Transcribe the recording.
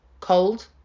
cold